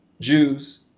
Jews